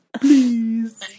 please